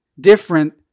different